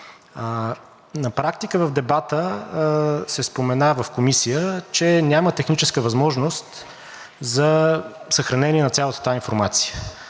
На практика в дебата се спомена в комисия, че няма техническа възможност за съхранение на цялата тази информация.